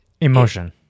Emotion